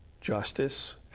justice